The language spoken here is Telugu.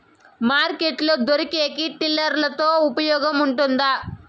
మార్కెట్ లో దొరికే టిల్లర్ తో ఉపయోగం ఉంటుందా?